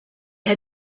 had